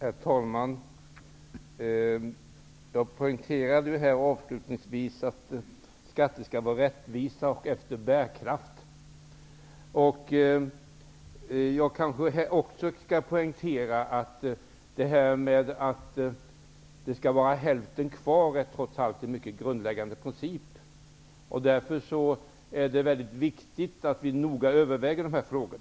Herr talman! Jag poängterade att skatter skall vara rättvisa och fördelade efter bärkraft. Jag bör kanske också poängtera att principen, som innebär hälften kvar, är mycket grundläggande. Det är därför väldigt viktigt att noga överväga dessa frågor.